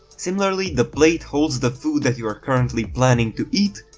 similarly, the plate holds the food that you are currently planning to eat,